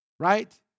right